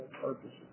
purposes